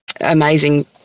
amazing